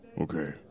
Okay